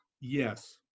yes